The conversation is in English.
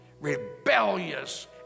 rebellious